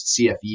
CFE